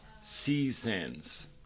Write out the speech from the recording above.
seasons